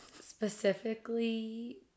specifically